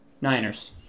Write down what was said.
Niners